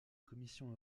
commission